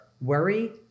worry